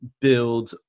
build